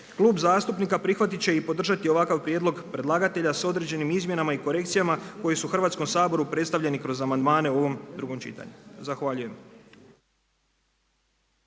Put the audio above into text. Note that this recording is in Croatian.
Klub zastupnika prihvatit će i podržati ovakav prijedlog predlagatelja s određenim izmjenama i korekcijama koje su Hrvatskom saboru predstavljeni kroz amandmane u ovom drugom čitanju. Zahvaljujem.